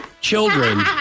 children